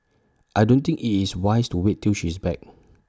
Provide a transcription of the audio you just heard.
I don't think IT is wise to wait till she is back